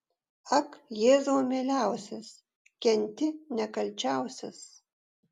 ak jėzau mieliausias kenti nekalčiausias